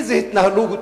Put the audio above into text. איזה התנהלות?